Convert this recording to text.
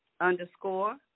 underscore